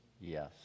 Yes